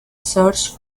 source